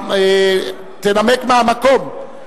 תנמק מהמקום,